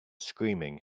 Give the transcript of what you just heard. screaming